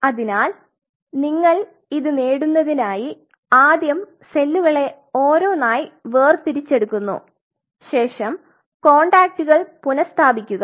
അതിനാൽ നിങ്ങൾ ഇത് നേടുന്നതിനായി ആദ്യം സെല്ലുകളെ ഓരോന്നായി വേര്തിരിച്ചെടുക്കുന്നു ശേഷം കോൺടാക്റ്റുകൾ പുനസ്ഥാപിക്കുക